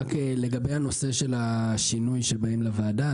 לגבי הנושא של השינוי שבאים לוועדה,